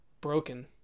broken